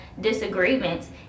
disagreements